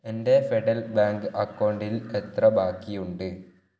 എൻ്റെ Federal Bank അക്കൗണ്ടിൽ എത്ര ബാക്കിയുണ്ട്